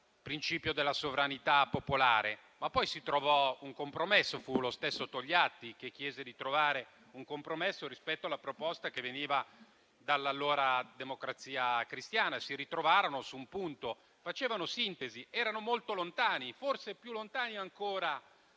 principio di sovranità popolare, ma poi si trovò un compromesso. Lo stesso Togliatti chiese di trovare un compromesso rispetto alla proposta che veniva dall'allora Democrazia Cristiana e si ritrovarono su un punto: erano Costituenti che facevano sintesi, erano molto lontani, forse più lontani ancora